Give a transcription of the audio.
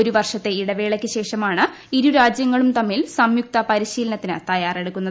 ഒരു വർഷത്തെ ഇടവേളയ്ക്കു ശേഷമാണ് ഇരു രാജ്യങ്ങളും തമ്മിൽ സംയുക്ത പരിശീലനത്തിന് തയാറെടുക്കുന്നത്